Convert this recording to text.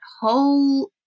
whole